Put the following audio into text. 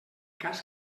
cas